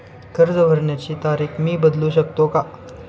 कर्ज भरण्याची तारीख मी बदलू शकतो का?